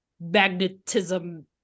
magnetism